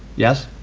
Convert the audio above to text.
yes!